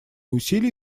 усилий